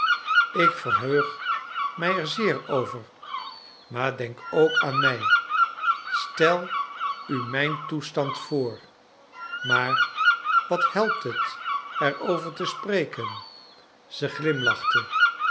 ik verheug mij er zeer over maar denk ook aan mij stel u mijn toestand voor maar wat helpt het er over te spreken zij glimlachte